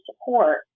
support